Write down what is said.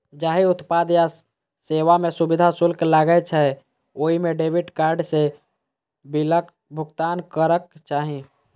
जाहि उत्पाद या सेवा मे सुविधा शुल्क लागै छै, ओइ मे डेबिट कार्ड सं बिलक भुगतान करक चाही